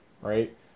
right